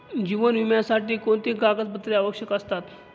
जीवन विम्यासाठी कोणती कागदपत्रे आवश्यक असतात?